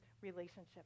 relationship